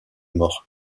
morts